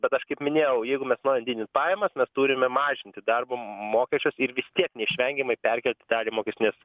bet aš kaip minėjau jeigu mes norim didint pajamas mes turime mažinti darbo mokesčius ir vis tiek neišvengiamai perkelti dalį mokestinės